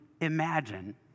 imagine